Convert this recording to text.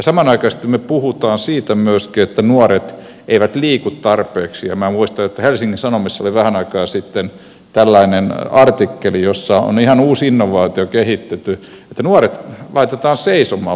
samanaikaisesti me puhumme siitä myöskin että nuoret eivät liiku tarpeeksi ja minä muistan että helsingin sanomissa oli vähän aikaa sitten tällainen artikkeli että on ihan uusi innovaatio kehitetty että nuoret laitetaan seisomaan välillä luokkahuoneissa